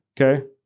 Okay